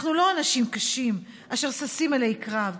אנחנו לא אנשים קשים אשר ששים אלי קרב,